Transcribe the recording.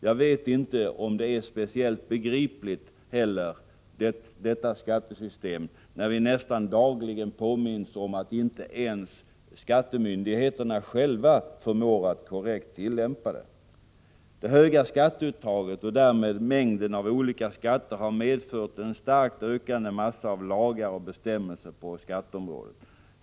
Jag vet inte om skattesystemet är begripligt, när vi nästan dagligen påminns om att inte ens skattemyndigheterna själva förmår att korrekt tillämpa det. Det höga skatteuttaget och därmed mängden av olika skatter har medfört en starkt ökande mängd lagar och bestämmelser på skatteområdet.